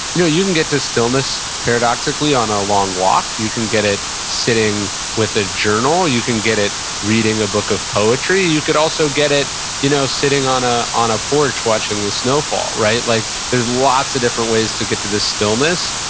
you know you can get to stillness, paradoxically, on a a long walk. you can get it sitting with a journal. you can get it reading a book of poetry. you could also get it you know sitting on a on a porch, watching the snowfall like there's lots of different ways to get to the stillness.